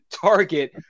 Target